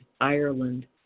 Ireland